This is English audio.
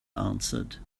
answered